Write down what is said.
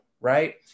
right